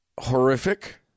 horrific